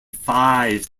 five